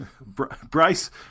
Bryce